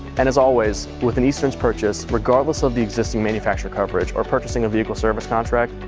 and as always, with an easterns purchase, regardless of the existing manufacturer coverage or purchasing a vehicle service contract,